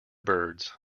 birds